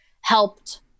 helped